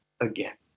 again